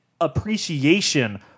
appreciation